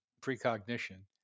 precognition